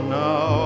now